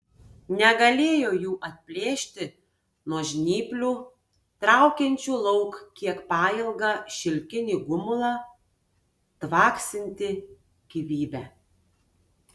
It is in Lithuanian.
negalėjo jų atplėšti nuo žnyplių traukiančių lauk kiek pailgą šilkinį gumulą tvaksintį gyvybe